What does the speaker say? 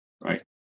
right